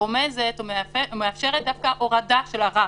רומזת או מאפשרת דווקא הורדה של הרף,